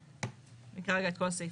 אני אקרא רגע את כל הסעיף.